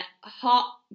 hot